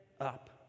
up